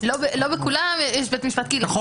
לא בכולם יש בית משפט קהילתי,